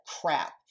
crap